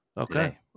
Okay